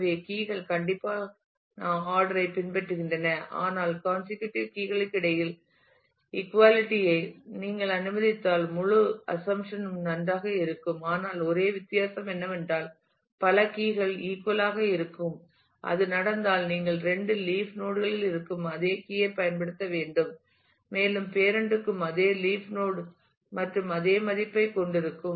எனவே கீ கள் கண்டிப்பான ஆர்டர் ஐ பின்பற்றுகின்றன ஆனால் காண்ஸிகியூட்டிவ் கீ களுக்கு இடையில் இக்குவாலிட்டி ஐ நீங்கள் அனுமதித்தால் முழு அசம்சன் னும் நன்றாக இருக்கும் ஆனால் ஒரே வித்தியாசம் என்னவென்றால் பல கீ கள் ஈக்குவல் ஆக இருக்கும் அது நடந்தால் நீங்கள் இரண்டு லீப் நோட் களில் இருக்கும் அதே கீ ஐ பயன்படுத்த வேண்டும் மேலும் பேரன்ட் க்கும் அதே லீப் நோட் மற்றும் அதே மதிப்பைக் கொண்டிருக்கும்